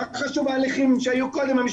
מה חשוב ההליכים שהיו קודם, המשפטיים?